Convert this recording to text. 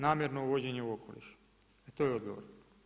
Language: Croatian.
Namjerno uvođenje u okoliš, e to je odgovor.